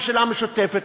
חברי הכנסת של המשותפת,